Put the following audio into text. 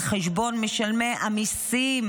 על חשבון משלמי המיסים.